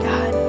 God